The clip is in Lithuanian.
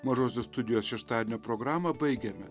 mažosios studijos šeštadienio programą baigiame